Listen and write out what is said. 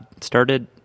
started